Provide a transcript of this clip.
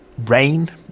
rain